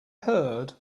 heard